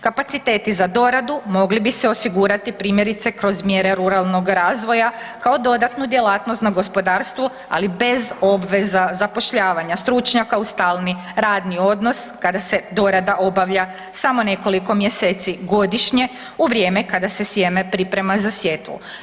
Kapaciteti za doradu mogli bi se osigurati primjerice kroz mjere ruralnog razvoja kao dodatnu djelatnost na gospodarstvu, ali bez obveza zapošljavanja stručnjaka u stalni radni odnos kada se dorada obavlja samo nekoliko mjeseci godišnje u vrijeme kada se sjeme priprema za sjetvu.